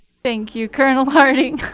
thank you, colonel harting.